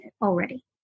already